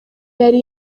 yari